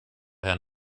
herrn